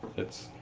it's